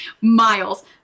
miles